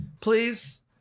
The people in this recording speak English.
please